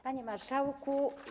Panie Marszałku!